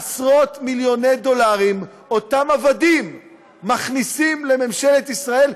עשרות מיליוני דולרים אותם עבדים מכניסים לממשלת ישראל,